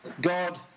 God